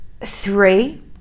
three